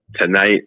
Tonight